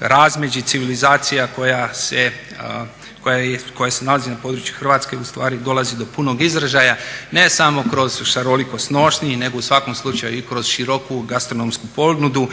razmeđi civilizacija koja se nalazi na području Hrvatske u stvari dolazi do punog izražaja ne samo kroz šarolikost nošnji, nego u svakom slučaju i kroz široku gastronomsku ponudu